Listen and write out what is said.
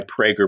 Prager